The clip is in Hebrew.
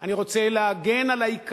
אני לא מגן עליו.